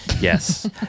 Yes